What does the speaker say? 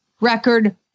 record